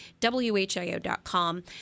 whio.com